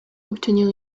obtenir